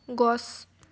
গছ